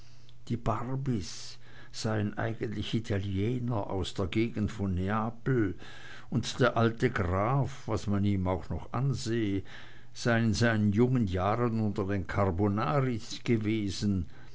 die barbys seien eigentlich italiener aus der gegend von neapel und der alte graf was man ihm auch noch ansehe sei in seinen jungen jahren unter den carbonaris gewesen